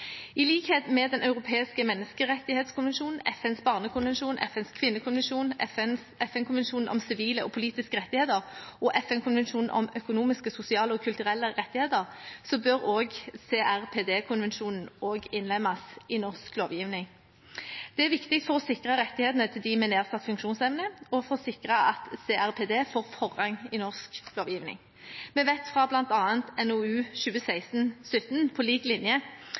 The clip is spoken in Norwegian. I likhet med Den europeiske menneskerettighetskonvensjonen, FNs barnekonvensjon, FNs kvinnekonvensjon, FNs konvensjon om sivile og politiske rettigheter og FNs konvensjon om økonomiske, sosiale og kulturelle rettigheter bør også CRPD-konvensjonen innlemmes i norsk lovgivning. Det er viktig for å sikre rettighetene til dem med nedsatt funksjonsevne og for å sikre at CRPD får forrang i norsk lovgivning. Vi vet fra bl.a. NOU 2016: 17 «På lik linje.